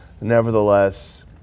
Nevertheless